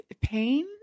pain